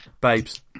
babes